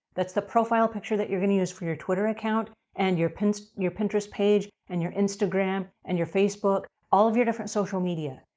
that's the profile picture that you're going to use for your twitter account, and your pinterest your pinterest page, and your instagram, and your facebook, all of your different social media.